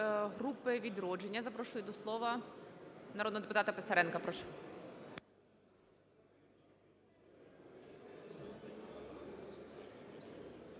групи "Відродження" запрошую до слова народного депутата Писаренка. Прошу.